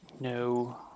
No